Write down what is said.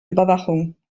überwachung